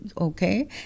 okay